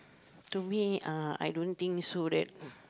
to me uh I don't think so that